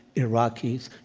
iraqis,